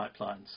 pipelines